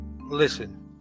listen